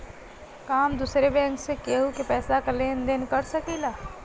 का हम दूसरे बैंक से केहू के पैसा क लेन देन कर सकिला?